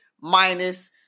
minus